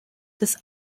des